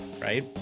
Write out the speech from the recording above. right